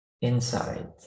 inside